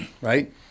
right